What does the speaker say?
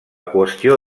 qüestió